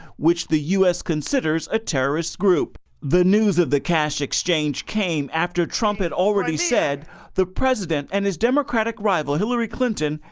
which the u s. considers a terrorist group. the news of the cash exchange came after trump had already said the president and this democratic rival, hillary clinton,